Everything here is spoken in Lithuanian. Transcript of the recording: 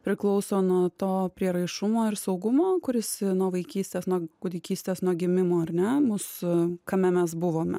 priklauso nuo to prieraišumo ir saugumo kuris nuo vaikystės nuo kūdikystės nuo gimimo ar ne mūsų kame mes buvome